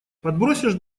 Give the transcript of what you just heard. подбросишь